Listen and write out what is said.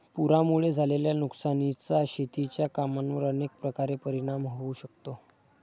पुरामुळे झालेल्या नुकसानीचा शेतीच्या कामांवर अनेक प्रकारे परिणाम होऊ शकतो